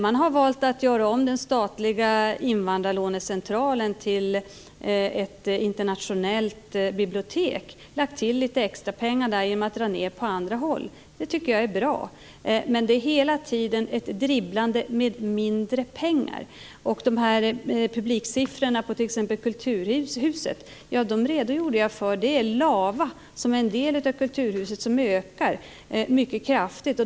Man har valt att göra om den statliga invandrarlånecentralen till ett internationellt bibliotek - lagt till lite extra pengar genom att dra ned på andra håll. Det tycker jag är bra. Men det är hela tiden ett dribblande med mindre pengar. Publiksiffrorna för t.ex. Kulturhuset redogjorde jag för. Det är Lava, som är en del av Kulturhuset, som ökar mycket kraftigt.